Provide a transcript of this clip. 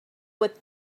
what